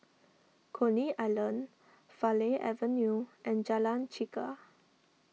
Coney Island Farleigh Avenue and Jalan Chegar